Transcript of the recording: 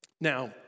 Now